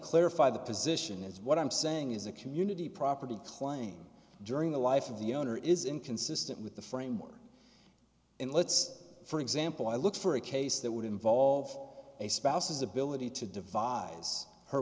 clarify the position is what i'm saying is a community property claim during the life of the owner is inconsistent with the framework and let's for example i look for a case that would involve a spouse's ability to devise her